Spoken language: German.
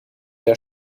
der